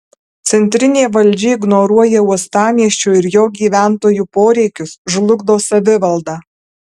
centrinė valdžia ignoruoja uostamiesčio ir jo gyventojų poreikius žlugdo savivaldą